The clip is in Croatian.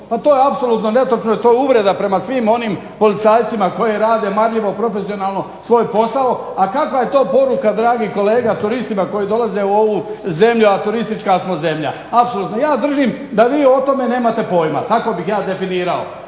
Pa to je apsolutno netočno i to je uvreda prema svim onim policajcima koji rade marljivo, profesionalno svoj posao. A kakva je to poruka dragi kolega turistima koji dolaze u ovu zemlju, a turistička smo zemlja. Apsolutno, ja držim da vi o tome nemate pojma. Tako bih ja definirao